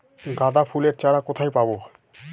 গাঁদা ফুলের চারা কোথায় পাবো?